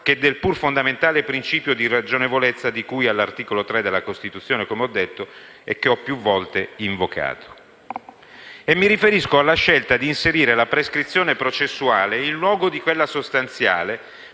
che del pur fondamentale principio di ragionevolezza di cui all'articolo 3 della Costituzione, che ho più volte invocato. E mi riferisco alla scelta di inserire la prescrizione processuale, in luogo di quella sostanziale,